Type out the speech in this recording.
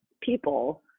people